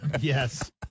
Yes